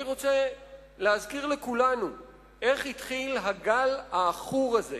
אני רוצה להזכיר לכולנו איך התחיל הגל העכור הזה